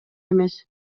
эмес